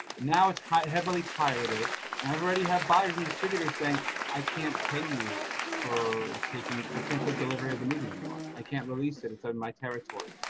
now it's quite heavily pirated and i've already have buyers and distributors saying i can't pay you for taking i can't take delivery of the movie month i can't release it. it's on my territory.